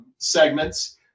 segments